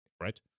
right